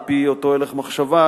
על-פי אותו הלך מחשבה,